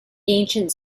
ancient